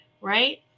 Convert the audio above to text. right